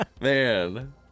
Man